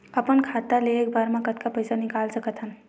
अपन खाता ले एक बार मा कतका पईसा निकाल सकत हन?